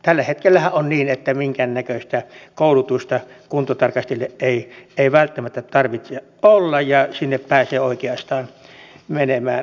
tällä hetkellähän on niin että minkäännäköistä koulutusta kuntotarkastajilla ei välttämättä tarvitse olla ja sinne pääsee oikeastaan menemään kuka vain